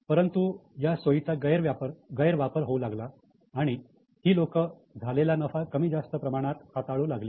परंतु या सोयीचा गैरवापर होऊ लागला आणि ही लोक झालेला नफा कमी जास्त प्रमाणात हाताळू लागली